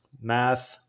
math